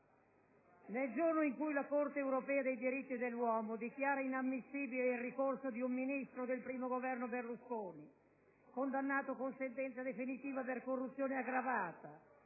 il giorno in cui la Corte europea dei diritti dell'uomo dichiara inammissibile il ricorso di un Ministro del I Governo Berlusconi, condannato con sentenza definitiva per corruzione aggravata,